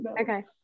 Okay